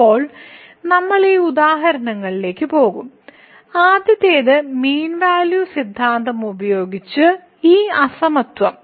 ഇപ്പോൾ നമ്മൾ ഈ ഉദാഹരണങ്ങളിലേക്ക് പോകും ആദ്യത്തേത് മീൻ വാല്യൂ സിദ്ധാന്തം ഉപയോഗിച്ച് ഈ അസമത്വം